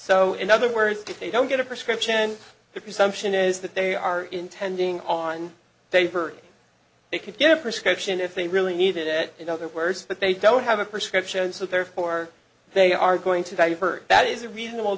so in other words if they don't get a prescription the presumption is that they are intending on paper they could get a prescription if they really needed it in other words but they don't have a prescription so therefore they are going to value for that is a reasonable